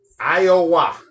Iowa